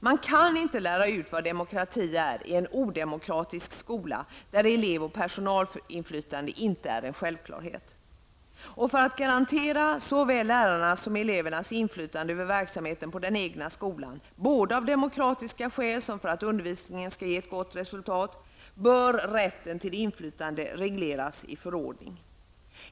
Man kan inte lära ut vad demokrati är i en odemokratisk skola där elev och personalinflytande inte är en självklarhet. För att garantera såväl lärarnas som elevernas inflytande över verksamheten på den egna skolan -- både av demokratiska skäl och för att undervisningen skall ge ett gott resultat -- bör rätten till inflytande regleras i förordning.